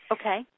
Okay